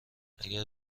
اگر